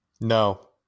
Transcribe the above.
No